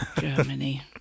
Germany